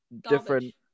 different